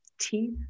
Teeth